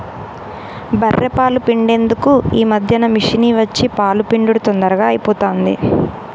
బఱ్ఱె పాలు పిండేందుకు ఈ మధ్యన మిషిని వచ్చి పాలు పిండుడు తొందరగా అయిపోతాంది